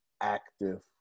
active